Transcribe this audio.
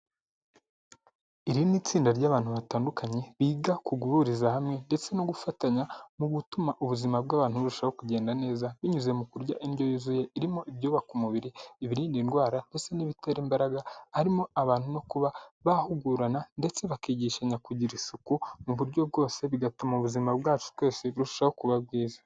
Iri ni itsinda ry'abantu batandukanye biga ku guhuriza hamwe ndetse no gufatanya mu gutuma ubuzima bw'abantu burushaho kugenda neza binyuze mu kurya indyo yuzuye irimo ibyubaka umubiri, ibirinda indwara, ndetse n'ibitera imbaraga, harimo abantu no kuba bahugurana ndetse bakigishanya kugira isuku mu buryo bwose bigatuma ubuzima bwacu twese burushaho kuba bwiza.